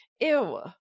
Ew